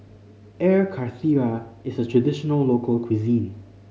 Air Karthira is a traditional local cuisine